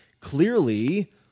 clearly